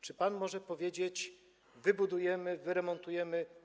Czy pan może powiedzieć: wybudujemy, wyremontujemy?